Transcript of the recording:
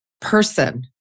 person